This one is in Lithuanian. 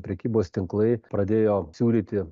prekybos tinklai pradėjo siūlyti